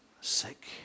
sick